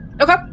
Okay